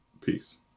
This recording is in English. peace